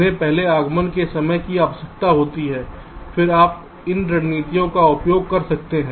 उन्हें पहले आगमन के समय की आवश्यकता होती है फिर आप इन रणनीतियों का उपयोग कर सकते हैं